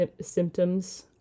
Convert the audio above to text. symptoms